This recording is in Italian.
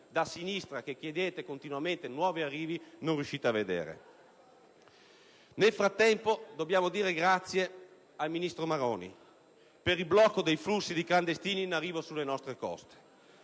di sinistra, che chiedete continuamente nuovi arrivi, non riuscite a vedere. Nel frattempo dobbiamo dire grazie al ministro Maroni per il blocco dei flussi di clandestini in arrivo sulle nostre coste.